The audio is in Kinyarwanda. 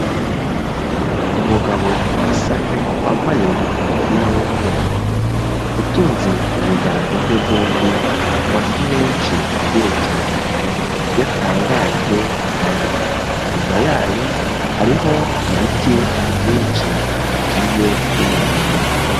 Umugabo wasamye wambaye umupira w'umweru utunze ibiganza bye byombi ku mafi menshi agerekeranyije yatangajwe na yo, inyuma ya yo hariho ibiti byinshi bigiye binyuranye.